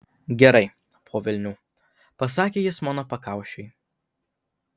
gerai po velnių pasakė jis mano pakaušiui